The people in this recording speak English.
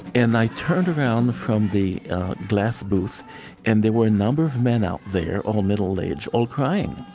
and i turned around from the glass booth and there were a number of men out there, all middle-aged, all crying.